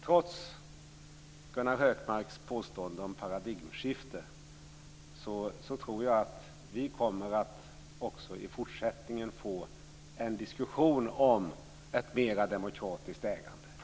Trots Gunnar Hökmarks påståenden om paradigmskifte, tror jag att vi också i fortsättningen kommer att få en diskussion om ett mer demokratiskt ägande.